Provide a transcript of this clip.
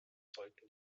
sollten